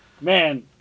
Man